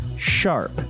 SHARP